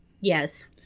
Yes